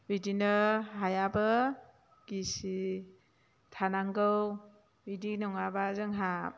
बिदिनो हायाबो गिसि थानांगौ बिदि नङाब्ला जोंहा